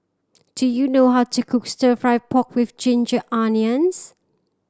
do you know how to cook Stir Fry pork with ginger onions